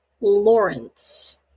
Lawrence